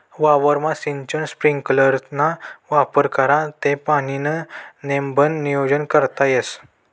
वावरमा सिंचन स्प्रिंकलरना वापर करा ते पाणीनं नेमबन नियोजन करता येस